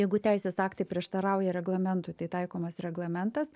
jeigu teisės aktai prieštarauja reglamentui tai taikomas reglamentas